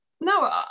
No